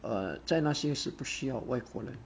uh 在那些是不需要外国人